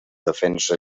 defensa